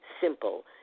simple